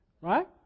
Right